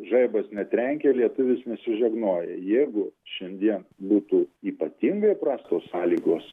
žaibas netrenkia lietuvis nesižegnoja jeigu šiandien būtų ypatingai prastos sąlygos